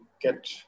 get